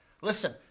Listen